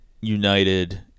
United